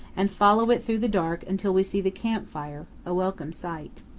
and follow it through the dark until we see the camp fire a welcome sight.